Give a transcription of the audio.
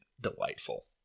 delightful